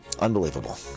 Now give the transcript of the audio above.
Unbelievable